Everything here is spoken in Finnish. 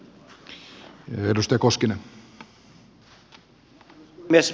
arvoisa puhemies